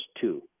two